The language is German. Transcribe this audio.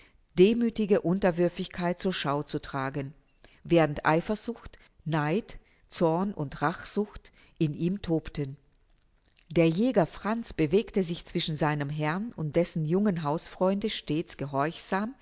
demüthige unterwürfigkeit zur schau zu tragen während eifersucht neid zorn und rachsucht in ihm tobten der jäger franz bewegte sich zwischen seinem herrn und dessen jungem hausfreunde stets